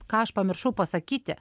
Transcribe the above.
ką aš pamiršau pasakyti